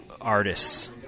artists